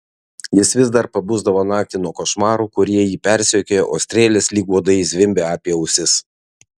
jis vis dar pabusdavo naktį nuo košmarų kurie jį persekiojo o strėlės lyg uodai zvimbė apie ausis